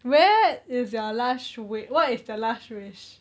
where is your last wi~ what is the last wish